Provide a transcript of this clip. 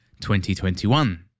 2021